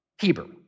Hebrew